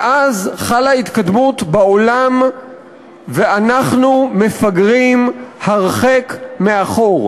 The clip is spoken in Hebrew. מאז חלה התקדמות בעולם ואנחנו מפגרים הרחק מאחור.